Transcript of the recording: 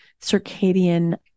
circadian